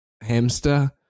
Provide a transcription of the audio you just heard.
hamster